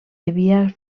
devia